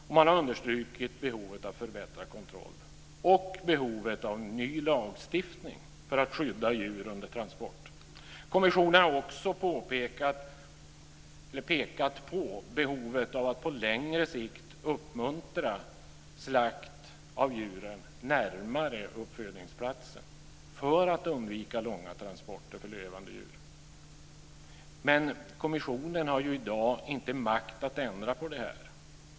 Och man har understrukit behovet av förbättrad kontroll och behovet av ny lagstiftning för att skydda djur under transport. Kommissionen har också pekat på behovet av att på längre sikt uppmuntra slakt av djuren närmare uppfödningsplatsen för att undvika långa transporter av levande djur. Men kommissionen har ju i dag inte makt att ändra på detta.